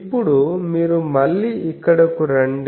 ఇప్పుడు మీరు మళ్ళీ ఇక్కడకు రండి